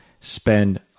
spend